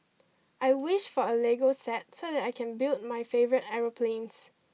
I wished for a lego set so that I can build my favourite aeroplanes